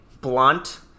blunt